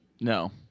No